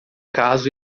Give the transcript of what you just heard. caso